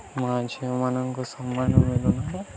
ମା' ଝିଅମାନଙ୍କୁ ସମ୍ମାନ ମିଳୁନାହିଁ